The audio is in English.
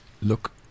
Look